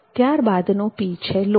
ત્યારબાદનો P છે લોકો